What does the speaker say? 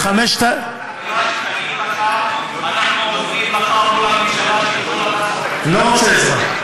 אנחנו רוצים, לא רוצה עזרה.